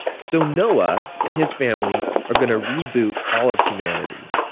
so noah and his family are going to reboot all of humanity.